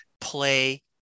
play